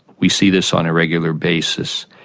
we see this on a regular basis.